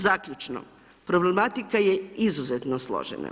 Zaključno, problematika je izuzetno složena.